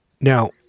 now